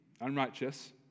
unrighteous